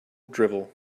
drivel